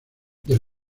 del